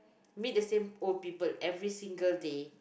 meet the same old people every single day